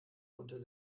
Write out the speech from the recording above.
unter